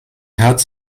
herz